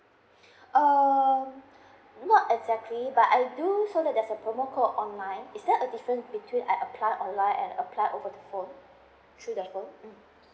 uh not exactly but I do saw that there's a promo code online is there a difference between I apply online and I apply over the phone through dango